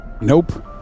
Nope